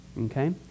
okay